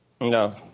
No